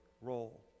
role